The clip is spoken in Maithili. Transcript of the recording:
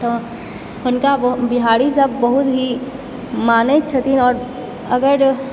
तऽ हुनका बिहारीसभ बहुत ही मानैत छथिन आओर अगर